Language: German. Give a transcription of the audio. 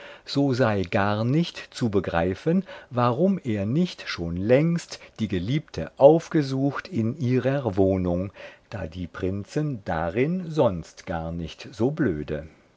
so sei gar nicht zu begreifen warum er nicht schon längst die geliebte aufgesucht in ihrer wohnung da die prinzen darin sonst gar nicht so blöde